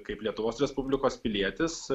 kaip lietuvos respublikos pilietis